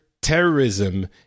terrorism